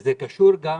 זה קשור גם